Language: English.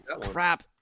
crap